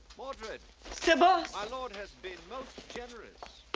sir boss. my lord has been most generous.